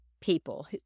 people